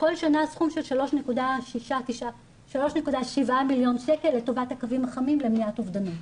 כל שנה סכום של 3.7 מלש"ח לטובת הקווים החמים למניעת אובדנות.